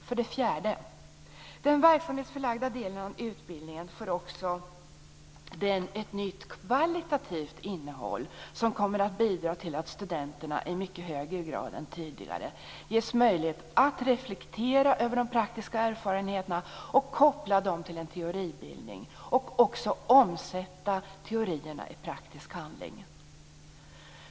För det fjärde: Den verksamhetsförlagda delen av utbildningen får också den ett nytt kvalitativt innehåll som kommer att bidra till att studenterna i mycket högre grad än tidigare ges möjlighet att reflektera över de praktiska erfarenheterna och koppla dem till en teoribildning och också omsätta teorierna i praktisk handling.